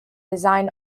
design